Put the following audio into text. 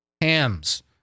HAMS